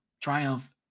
Triumph